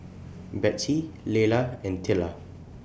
Betsey Leila and Tilla